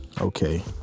Okay